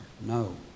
No